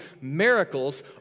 miracles